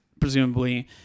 presumably